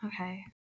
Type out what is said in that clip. okay